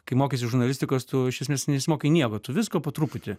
kai mokaisi žurnalistikos tu iš esmės nesimokai nieko tu visko po truputį